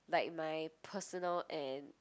like my personal and